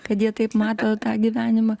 kad jie taip mato tą gyvenimą